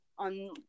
on